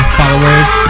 followers